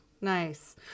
Nice